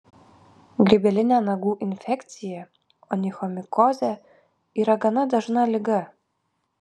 grybelinė nagų infekcija onichomikozė yra gana dažna liga